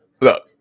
Look